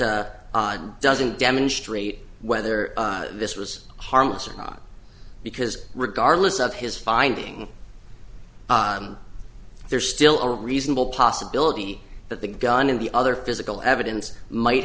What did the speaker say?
dicked doesn't demonstrate whether this was harmless or not because regardless of his finding there's still a reasonable possibility that the gun in the other physical evidence might